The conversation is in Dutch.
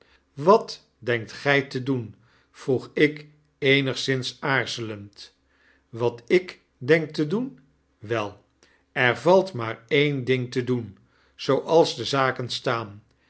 wat denkt gij te doen vroeg ik eenigszins aarzelend wat ik denk te doen wel er valt maar een ding te doen zooals de zaken staan